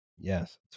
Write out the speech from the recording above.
Yes